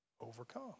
overcome